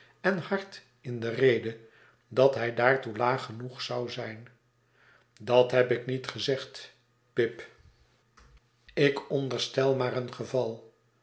en hart in de rede dat hij daartoe laag genoeg zou zijn dat heb ik niet gezegd pip ik onderstel maar een geval